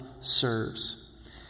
serves